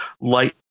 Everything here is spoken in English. light